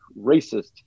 racist